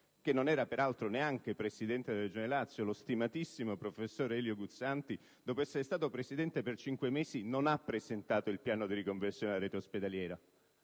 che non era peraltro neanche presidente della Regione Lazio, lo stimatissimo professor Elio Guzzanti, dopo essere stato presidente per cinque mesi, non ha presentato il piano di riconversione della rete ospedaliera.